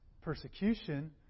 persecution